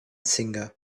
singer